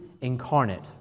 incarnate